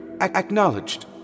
acknowledged